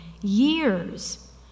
years